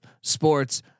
sports